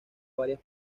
varias